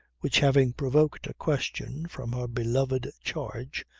which having provoked a question from her beloved charge,